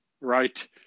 right